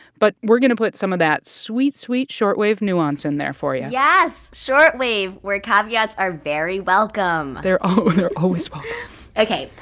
but we're going to put some of that sweet, sweet short wave nuance in there for you yes. short wave, where caveats are very welcome they're always welcome ok.